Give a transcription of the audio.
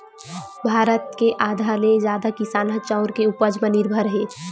भारत के आधा ले जादा किसान ह चाँउर के उपज म निरभर हे